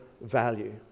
value